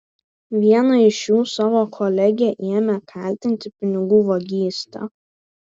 viena iš jų savo kolegę ėmė kaltinti pinigų vagyste